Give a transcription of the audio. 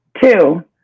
Two